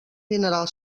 mineral